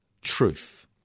truth